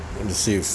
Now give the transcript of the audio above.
let's see